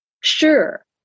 sure